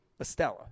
Estella